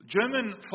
German